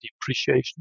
depreciation